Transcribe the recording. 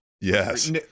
yes